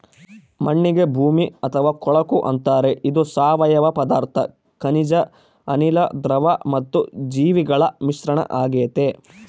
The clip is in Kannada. ಮಣ್ಣಿಗೆ ಭೂಮಿ ಅಥವಾ ಕೊಳಕು ಅಂತಾರೆ ಇದು ಸಾವಯವ ಪದಾರ್ಥ ಖನಿಜ ಅನಿಲ, ದ್ರವ ಮತ್ತು ಜೀವಿಗಳ ಮಿಶ್ರಣ ಆಗೆತೆ